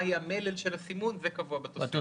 מה יהיה המלל של הסימון זה קבוע בתוספת.